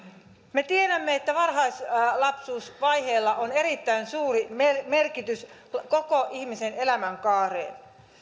me tiedämme että varhaislapsuusvaiheella on erittäin suuri merkitys koko ihmisen elämänkaarelle